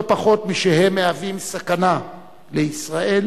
לא פחות משהם מהווים סכנה לישראל,